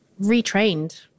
retrained